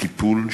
שירותי טיפול,